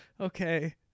okay